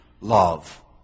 Love